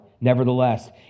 Nevertheless